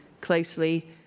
closely